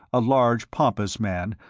a large, pompous man,